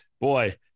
Boy